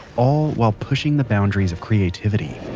all while pushing the boundaries of creativity